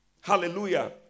Hallelujah